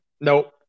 Nope